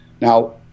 Now